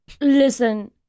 listen